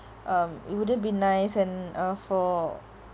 um it wouldn't be nice and uh for